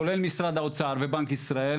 כולל משרד האוצר ובנק ישראל.